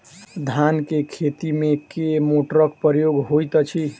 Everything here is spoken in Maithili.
धान केँ खेती मे केँ मोटरक प्रयोग होइत अछि?